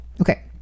Okay